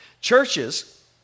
Churches